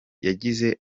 yagize